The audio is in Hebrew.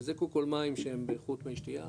וזה מים של איכות מי שתייה,